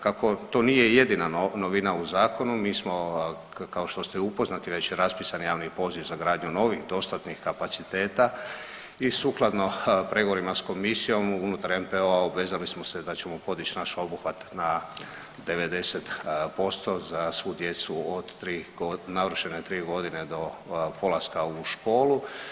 Kako to nije jedina novina u zakonu, mi smo kao što ste upoznati već je raspisan javni poziv za gradnju novih dostatnih kapaciteta i sukladno pregovora s komisijom unutar NPO-a obvezali smo se da ćemo podići naš obuhvat na 90% za svu djecu od 3, navršene 3 godine do polaska u školu.